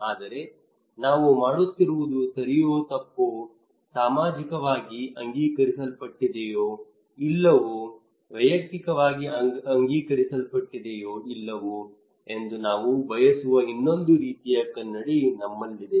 ಆದರೆ ನಾವು ಮಾಡುತ್ತಿರುವುದು ಸರಿಯೋ ತಪ್ಪೋ ಸಾಮಾಜಿಕವಾಗಿ ಅಂಗೀಕರಿಸಲ್ಪಟ್ಟಿದೆಯೋ ಇಲ್ಲವೋ ವೈಯಕ್ತಿಕವಾಗಿ ಅಂಗೀಕರಿಸಲ್ಪಟ್ಟಿದೆಯೋ ಇಲ್ಲವೋ ಎಂದು ನಾವು ಬಯಸುವ ಇನ್ನೊಂದು ರೀತಿಯ ಕನ್ನಡಿ ನಮ್ಮಲ್ಲಿದೆ